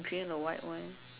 green or the white one